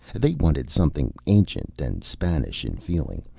they wanted something ancient and spanish in feeling,